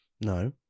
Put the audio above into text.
No